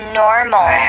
normal